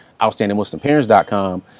outstandingmuslimparents.com